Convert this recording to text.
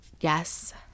Yes